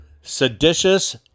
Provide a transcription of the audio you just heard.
seditious